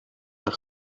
een